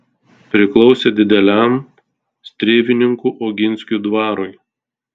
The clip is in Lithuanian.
priklausė dideliam strėvininkų oginskių dvarui